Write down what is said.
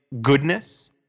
goodness